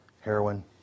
heroin